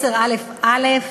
10א(א),